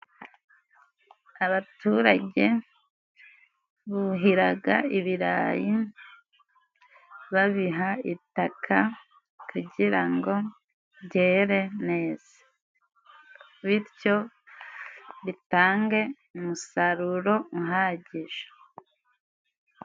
Abaturage buhiraga ibirayi babiha itaka kugira ngo byere neza, bityo bitange umusaruro uhagije.